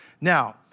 Now